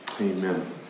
Amen